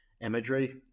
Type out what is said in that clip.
imagery